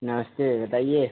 नमस्ते बताइए